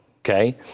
Okay